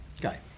Guy